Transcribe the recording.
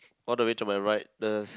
all the way to my right the